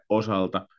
osalta